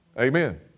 Amen